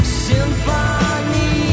symphony